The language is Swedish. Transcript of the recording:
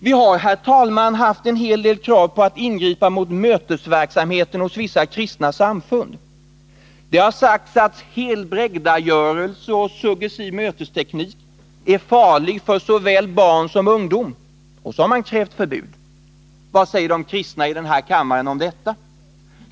Vi har, herr talman, haft en hel del krav på att ingripa mot mötesverksamheten hos vissa kristna samfund. Det har sagts att helbrägdagörelsen och suggestiv mötesteknik är farlig för såväl barn som ungdom, och så har man krävt förbud. Vad säger de kristna i den här kammaren om detta?